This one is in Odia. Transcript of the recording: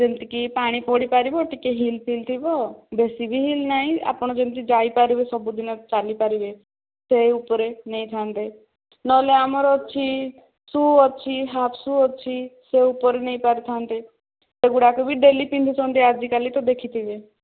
ଯେମିତି କି ପାଣି ପଡ଼ିପାରିବ ଟିକେ ହିଲ୍ ଫିଲ ଥିବ ବେଶିବି ହିଲ୍ ନାହିଁ ଆପଣ ଯେମିତି ଯାଇପାରିବେ ସବୁଦିନ ଚାଲିପାରିବେ ସେ ଉପରେ ନେଇଥାନ୍ତେ ନହେଲେ ଆମର ଅଛି ସୁ ଅଛି ହାଫ୍ ସୁ ଅଛି ସେହି ଉପରେ ନେଇ ପାରିଥାନ୍ତେ ସେହି ଗୁଡ଼ାକୁ ବି ଡେଲି ପିନ୍ଧୁଛନ୍ତି ଆଜିକାଲି ତ ଦେଖିଥିବେ